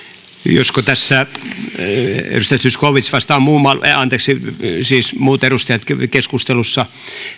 josko tässä edustaja zyskowicz vastaan muut edustajat keskustelussa